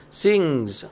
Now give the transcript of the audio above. sings